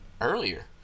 earlier